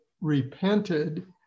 repented